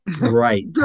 right